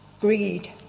greed